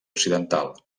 occidental